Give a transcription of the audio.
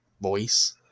voice